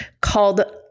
called